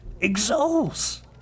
exhaust